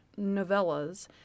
novellas